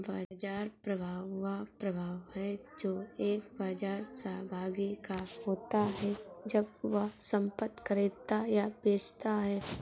बाजार प्रभाव वह प्रभाव है जो एक बाजार सहभागी का होता है जब वह संपत्ति खरीदता या बेचता है